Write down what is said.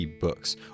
books